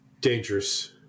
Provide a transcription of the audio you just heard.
Dangerous